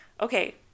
Okay